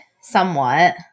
somewhat